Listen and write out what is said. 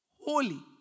Holy